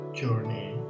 journey